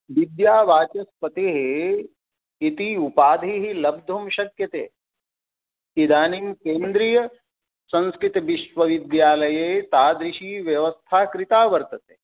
विद्यावाचस्पतिः इति उपाधिः लब्धुं शक्यते इदानीं केन्द्रीयसंस्कृतविश्वविद्यालये तादृशी व्यवस्था कृता वर्तते